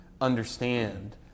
understand